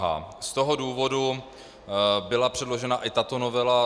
Z toho důvodu byla předložena i tato novela.